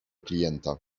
klienta